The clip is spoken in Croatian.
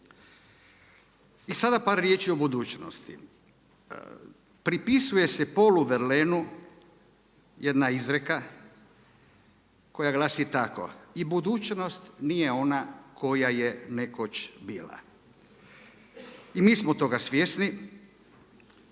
I sada par riječi o budućnosti. Pripisuje se Paul Verlaineu jedna izreka koja glasi tako: „I budućnost nije ona koja je nekoć bila.“ I mi smo toga svjesni